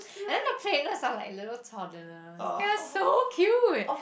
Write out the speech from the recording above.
and then the platelets are like little toddlers they are so cute